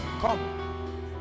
Come